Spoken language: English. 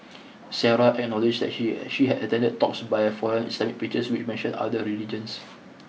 Sarah acknowledged that she she had attended talks by foreign Islamic preachers which mentioned other religions